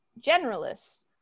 generalists